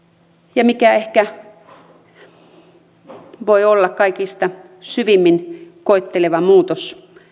mikä ehkä voi olla kaikista syvimmin koetteleva muutos